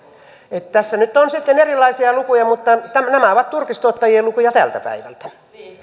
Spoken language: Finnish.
että tässä nyt on sitten erilaisia lukuja mutta nämä ovat turkistuottajien lukuja tältä päivältä